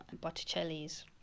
Botticelli's